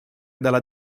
dalla